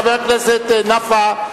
חבר הכנסת נפאע,